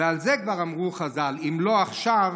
ועל זה כבר אמרו חז"ל: אם לא עכשיו,